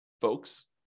folks